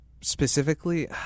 specifically